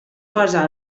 posa